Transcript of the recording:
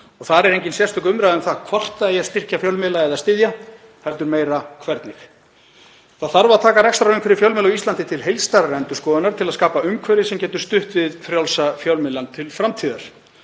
og þar er engin sérstök umræða um það hvort styrkja eigi fjölmiðla eða styðja, heldur meira hvernig. Það þarf að taka rekstrarumhverfi fjölmiðla á Íslandi til heildstæðrar endurskoðunar til að skapa umhverfi sem getur stutt við frjálsa fjölmiðla til framtíðar.